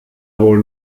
wohl